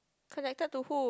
connected to who